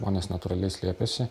žmonės natūraliai slėpėsi